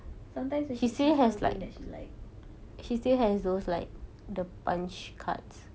sometimes when she sees something that she likes